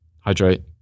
Hydrate